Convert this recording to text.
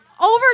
Over